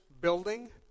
building